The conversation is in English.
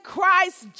Christ